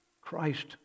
Christ